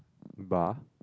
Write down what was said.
bar